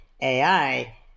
AI